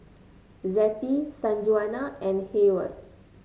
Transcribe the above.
Zettie Sanjuana and Heyward